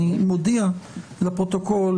אני מודיע לפרוטוקול,